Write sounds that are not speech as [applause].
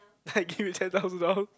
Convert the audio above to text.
I give [laughs] you ten thousand dollars